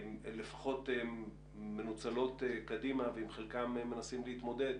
לפחות מנוצלות קדימה ועם חלקן מנסים להתמודד,